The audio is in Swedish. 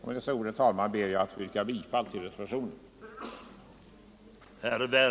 Med dessa ord, herr talman, ber jag att få yrka bifall till reservationen.